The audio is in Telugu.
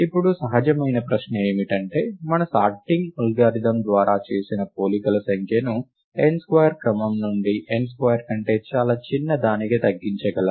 ఇప్పుడు సహజమైన ప్రశ్న ఏమిటంటే మన సార్టింగ్ అల్గారిథమ్ ద్వారా చేసిన పోలికల సంఖ్యను n స్క్వేర్ క్రమం నుండి n స్క్వేర్ కంటే చాలా చిన్నదానికి తగ్గించగలరా